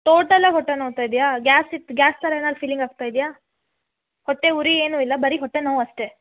ಟೋಟಲ್ಲಾಗಿ ಹೊಟ್ಟೆ ನೋವ್ತ ಇದೆಯಾ ಗ್ಯಾಸ್ ಇತ್ ಗ್ಯಾಸ್ ಥರ ಏನಾರೂ ಫೀಲಿಂಗ್ ಆಗ್ತ ಇದೆಯಾ ಹೊಟ್ಟೆ ಉರಿ ಏನೂ ಇಲ್ಲ ಬರೀ ಹೊಟ್ಟೆ ನೋವು ಅಷ್ಟೇ